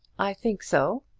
i think so.